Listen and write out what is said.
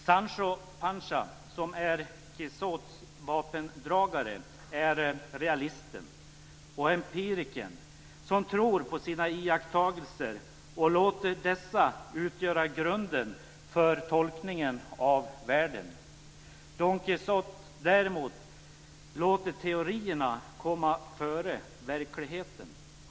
Sancho Panza, som är Quijotes vapendragare, är realisten och empirikern som tror på sina iakttagelser och låter dessa utgöra grunden för tolkningen av världen. Don Quijote däremot låter teorierna komma före verkligheten.